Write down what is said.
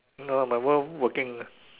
no lah my wife working